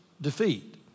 defeat